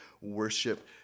worship